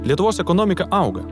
lietuvos ekonomika auga